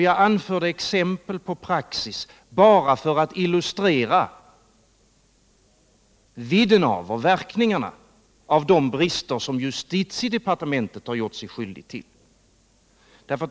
Jag anförde exempel på praxis bara för att illustrera vidden av och verkningarna av de brister som justitiedepartementet är ansvarigt för.